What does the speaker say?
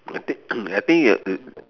I think I think you have to